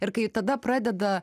ir kai tada pradeda